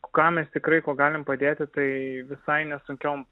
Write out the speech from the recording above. ką mes tikrai kuo galim padėti tai visai nesunkiom